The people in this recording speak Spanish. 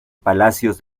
palacios